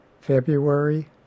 February